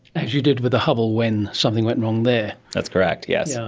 as you did with the hubble when something went wrong there. that's correct, yes. so